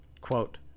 Quote